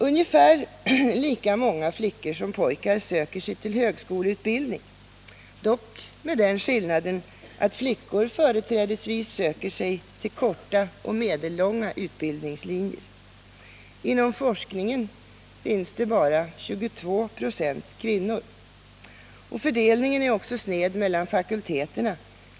Ungefär lika många flickor som pojkar söker sig till högskoleutbildning, dock med den skillnaden att flickor företrädesvis söker sig till korta och medellånga utbildningslinjer. Inom forskningen finns endast 22 926 kvinnor. Fördelningen är också sned mellan fakulteterna.